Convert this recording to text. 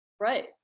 Right